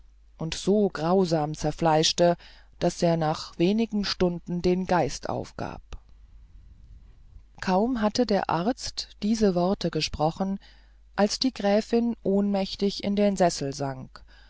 und so grausam zerfleischte daß er nach wenigen stunden den geist aufgab kaum hatte der arzt diese worte gesprochen als die gräfin ohnmächtig in den sessel sank